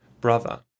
Brother